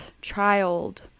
child